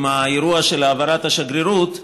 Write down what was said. עם האירוע של העברת השגרירות,